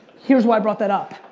here's why i brought that up.